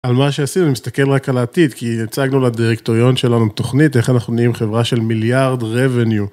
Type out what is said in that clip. על מה שעשינו אני מסתכל רק על העתיד כי הצגנו לדירקטוריון שלנו תוכנית איך אנחנו נהיים חברה של מיליארד revenue.